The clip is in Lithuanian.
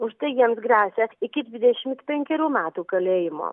už tai jiems gresia iki dvidešimt penkerių metų kalėjimo